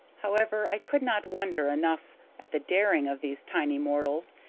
however, i could not wonder enough at the daring of these tiny mortals,